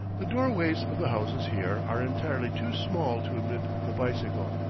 the door-ways of the houses here are entirely too small to admit the bicycle,